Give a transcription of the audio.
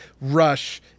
rush